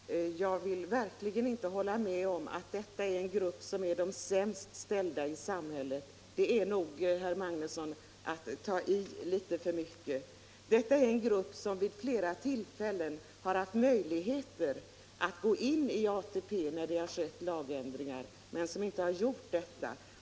Herr talman! Jag vill verkligen inte hålla med om att den grupp som reservation nr 4 gäller är de sämst ställda i samhället. Det är nog att ta I, herr Magnusson. Detta är en grupp som vid flera tillfällen när det har skett lagändringar haft möjligheter att gå in i ATP men som inte har gjort det.